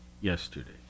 yesterday